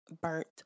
burnt